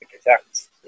attacks